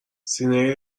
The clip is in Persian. سینه